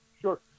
sure